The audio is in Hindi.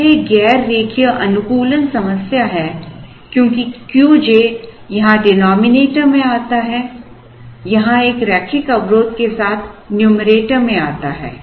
अब यह एक गैर रेखीय अनुकूलन समस्या है क्योंकि Q j यहाँ डिनॉमिनेटर में आता है यहाँ एक रैखिक अवरोध के साथ न्यूमैरेटर में आता है